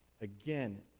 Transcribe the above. Again